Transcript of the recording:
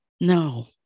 no